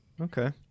okay